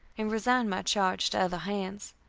and resigned my charge to other hands.